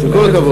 עם כל הכבוד,